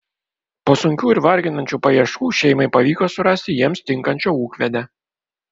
po sunkių ir varginančių paieškų šeimai pavyko surasti jiems tinkančią ūkvedę